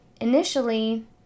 Initially